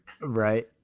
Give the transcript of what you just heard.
Right